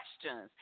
questions